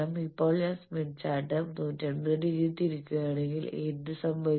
ഇപ്പോൾ ഞാൻ Smith chart 180 degree തിരിക്കുകയാണെങ്കിൽ എന്ത് സംഭവിക്കും